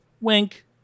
Wink